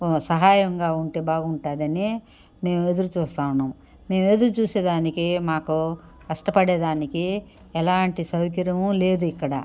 సహాయంగా ఉంటే బాగుంటుందని నేను ఎదురుచూస్తా ఉన్నాము నేను ఎదురు చూసేదానికి మాకు కష్టపడేదానికి ఎలాంటి సౌకర్యము లేదు ఇక్కడ